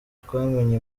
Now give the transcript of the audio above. twamenye